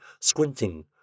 squinting